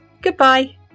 Goodbye